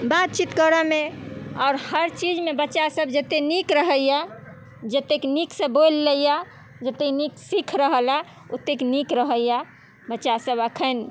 बातचीत करऽमे आओर हर चीजमे बच्चा सब जते नीक रहैया जतेक नीकसँ बोलि लैया जते नीक सीख रहलैया ओतेक नीक रहैया बच्चा सब अखन